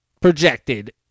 projected